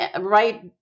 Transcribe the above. right